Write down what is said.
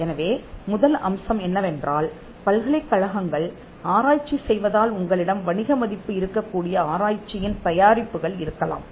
எனவே முதல் அம்சம் என்னவென்றால் பல்கலைக்கழகங்கள் ஆராய்ச்சி செய்வதால் உங்களிடம் வணிக மதிப்பு இருக்கக்கூடிய ஆராய்ச்சியின் தயாரிப்புகள் இருக்கலாம்